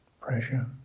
pressure